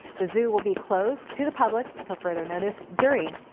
the zoo will be closed to the public to further notice jury.